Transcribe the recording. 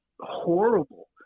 horrible